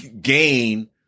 gain